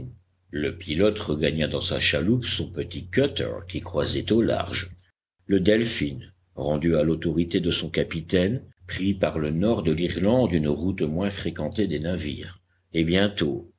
le pilote regagna dans sa chaloupe son petit cutter qui croisait au large le delphin rendu à l'autorité de son capitaine prit par le nord de l'irlande une route moins fréquentée des navires et bientôt